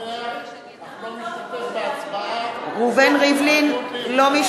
אינו משתתף בהצבעה יוני שטבון, אינו נוכח